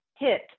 hit